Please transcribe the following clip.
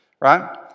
right